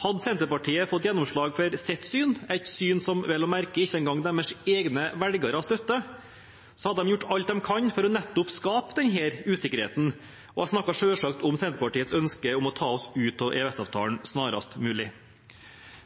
Hadde Senterpartiet fått gjennomslag for sitt syn, et syn som vel å merke ikke engang deres egne velgere støtter, hadde de gjort alt de kan for å skape nettopp denne usikkerheten, og jeg snakker selvsagt om Senterpartiets ønske om å ta oss ut av EØS-avtalen snarest mulig.